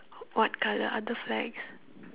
what colour are the flags